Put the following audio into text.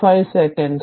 5 second